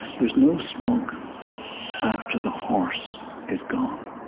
there's no smoke after the horse is gone.